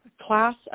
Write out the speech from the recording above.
Class